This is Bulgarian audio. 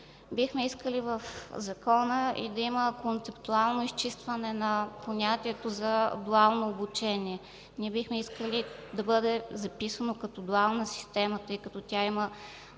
Бихме искали в Закона да има и концептуално изчистване на понятието за „главно обучение“. Не бихме искали да бъде записано като „Главна система“, тъй като тя има